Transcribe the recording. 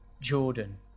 Jordan